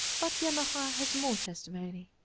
but janotha has more testimony